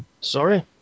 Sorry